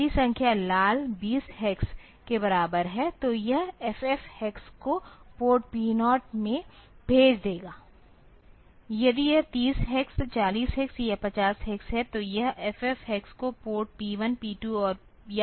यदि संख्या लाल 20 हेक्स के बराबर है तो यह FF हेक्स को पोर्ट P0 में भेज देगा यदि यह 30 हेक्स 40 हेक्स या 5 0 हेक्स है तो यह FF हेक्स को पोर्ट P1 P 2 या P 3 में भेज देगा